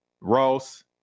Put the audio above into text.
ross